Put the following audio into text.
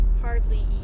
hardly